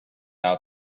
out